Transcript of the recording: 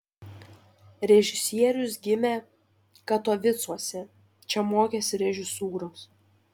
režisierius gimė katovicuose čia mokėsi režisūros